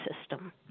system